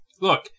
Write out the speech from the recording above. Look